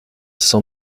san